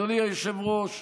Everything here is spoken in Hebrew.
אדוני היושב-ראש,